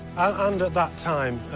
and at that time,